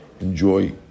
enjoy